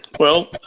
well